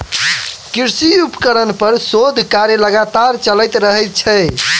कृषि उपकरण पर शोध कार्य लगातार चलैत रहैत छै